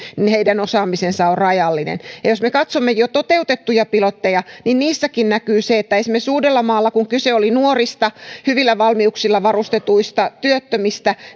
niin heidän osaamisensa on rajallinen jos me katsomme jo toteutettuja pilotteja niin niissäkin näkyy se että esimerkiksi uudellamaalla kun kyse oli nuorista hyvillä valmiuksilla varustetuista työttömistä